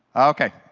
okay,